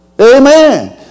Amen